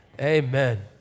amen